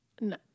no